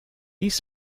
these